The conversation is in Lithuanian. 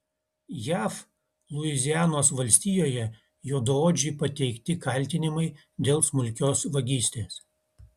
jav luizianos valstijoje juodaodžiui pateikti kaltinimai dėl smulkios vagystės